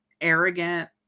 arrogant